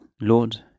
Lord